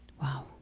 Wow